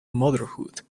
motherhood